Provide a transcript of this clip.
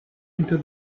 into